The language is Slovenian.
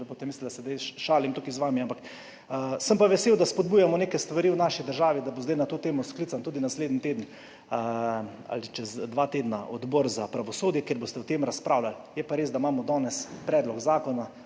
ne boste mislili, da se zdaj šalim tukaj z vami. Sem pa vesel, da spodbujamo neke stvari v naši državi, da bo zdaj na to temo sklican tudi naslednji teden ali čez dva tedna odbor za pravosodje, kjer boste o tem razpravljali. Je pa res, da imamo danes predlog zakona